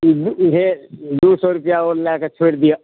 दू सए रुपैआ लय कऽ छोरि दिअ